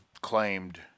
claimed